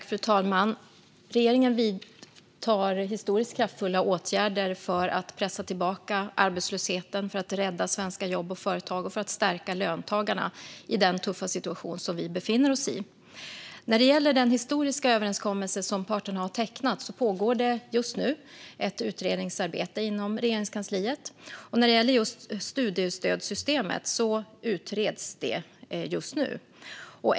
Fru talman! Regeringen vidtar historiskt kraftfulla åtgärder för att pressa tillbaka arbetslösheten, för att rädda svenska jobb och företag och för att stärka löntagarna i den tuffa situation som vi befinner oss i. När det gäller den historiska överenskommelse som parterna har tecknat pågår det just nu ett utredningsarbete inom Regeringskansliet. Studiestödssystemet utreds just nu.